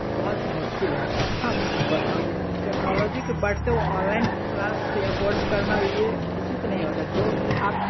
बहुत ही मुश्किल है हाँ टेक्नोलॉजी के बढ़ते ऑनलाइन क्लास या कोर्स करना ये उचित नहीं होता जो कि आप